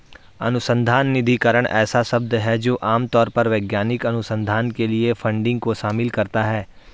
अनुसंधान निधिकरण ऐसा शब्द है जो आम तौर पर वैज्ञानिक अनुसंधान के लिए फंडिंग को शामिल करता है